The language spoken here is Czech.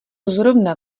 zrovna